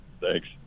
Thanks